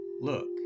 Look